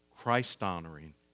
Christ-honoring